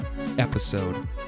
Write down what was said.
episode